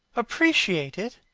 appreciate it?